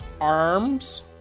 arms